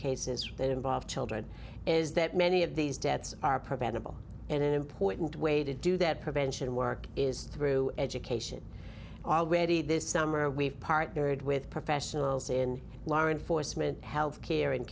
cases that involve children is that many of these deaths are preventable and an important way to do that prevention work is through education already this summer we've partnered with professionals in lauren foresman health care and